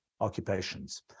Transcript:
occupations